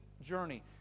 journey